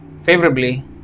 favorably